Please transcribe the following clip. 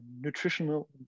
nutritional